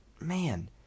man